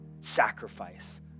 sacrifice